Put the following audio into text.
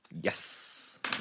Yes